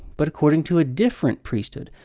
but according to a different priesthood.